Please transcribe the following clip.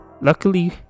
luckily